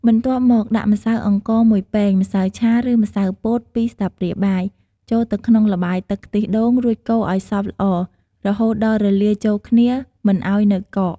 បន្ទាប់មក ដាក់ម្សៅអង្ករ ១ ពែង ម្សៅឆា ឬម្សៅពោត ២ ស្លាបព្រាបាយ ចូលទៅក្នុងល្បាយទឹកខ្ទិះដូង រួចកូរឲ្យសព្វល្អ រហូតដល់រលាយចូលគ្នា មិនឱ្យនៅកក។